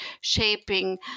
shaping